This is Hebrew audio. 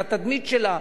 לתדמית שלה,